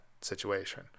situation